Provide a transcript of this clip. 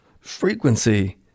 frequency